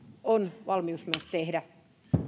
on valmius myös tehdä